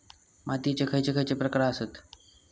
मातीयेचे खैचे खैचे प्रकार आसत?